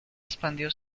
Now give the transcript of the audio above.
expandió